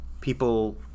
people